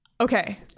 okay